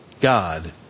God